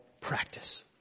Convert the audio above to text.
practice